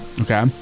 okay